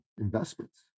investments